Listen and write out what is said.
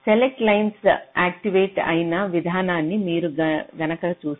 select lines activate అయిన విధానాన్ని మీరు గనక చూస్తే